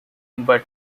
but